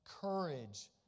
courage